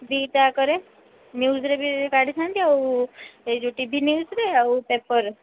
ଦିଟାଯାକରେ ନିଉଜ୍ରେ ବି କାଢ଼ିଥାନ୍ତି ଆଉ ଏଇ ଯୋଉ ଟି ଭି ନିଉଜ୍ରେ ଆଉ ପେପର୍ରେ